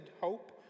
hope